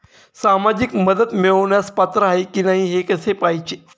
सामाजिक मदत मिळवण्यास पात्र आहे की नाही हे कसे पाहायचे?